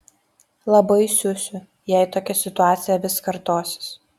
labai siusiu jei tokia situacija vis kartosis